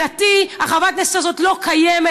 מבחינתי, חברת הכנסת הזאת לא קיימת.